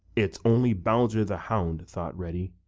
it's only bowser the hound, thought reddy,